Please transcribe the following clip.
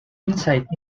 insight